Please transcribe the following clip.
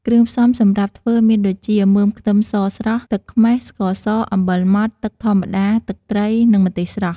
គ្រឿងផ្សំសម្រាប់ធ្វើមានដូចជា មើមខ្ទឹមសស្រស់ ទឹកខ្មេះ ស្ករស អំបិលម៉ដ្ឋ ទឹកធម្មតា ទឹកត្រី និងម្ទេសស្រស់។